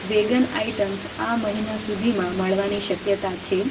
vegan items આ મહિના સુધીમાં મળવાની શક્યતા છે